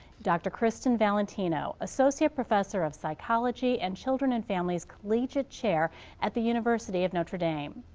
doctor kristin valentino, associate professor of psychology and children and families collegiate chair at the university of notre dame.